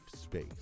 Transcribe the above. space